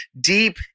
deep